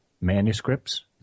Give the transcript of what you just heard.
manuscripts